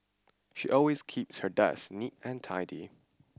she always keeps her desk neat and tidy